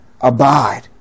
abide